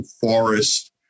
forest